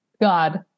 God